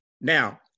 Now